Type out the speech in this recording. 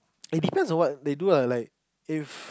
it depends on what they do ah like if